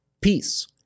peace